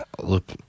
look